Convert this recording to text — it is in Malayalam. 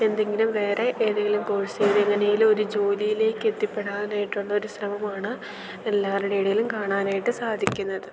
എന്തെങ്കിലും വേറെ ഏതേലും കോഴ്സ് ചെയ്തു എങ്ങനെ എങ്കിലും ഒരു ജോലിയിലേക്ക് എത്തിപ്പെടാനായിട്ടൊള്ള ഒരു ശ്രമമാണ് എല്ലാവരുടെ ഇടയിലും കാണാനായിട്ട് സാധിക്കുന്നത്